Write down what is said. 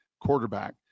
quarterback